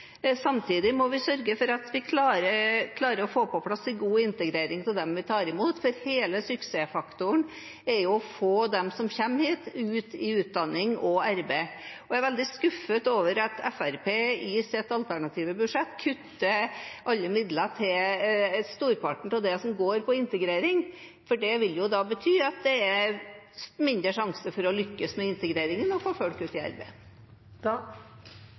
Samtidig må vi sørge for at vi klarer å få på plass en god integrering av dem vi tar imot, for hele suksessfaktoren er å få dem som kommer hit, ut i utdanning og arbeid. Jeg er veldig skuffet over at Fremskrittspartiet i sitt alternative budsjett kutter alle midler til storparten av det som går på integrering, for det vil da bety at det er mindre sjanse for å lykkes med integreringen og få folk ut i arbeid.